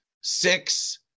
six